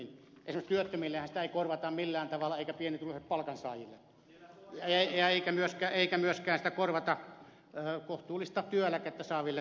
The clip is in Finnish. esimerkiksi työttömillehän sitä ei korvata millään tavalla eikä pienituloisille palkansaajille eikä sitä myöskään korvata kohtuullista työeläkettä saaville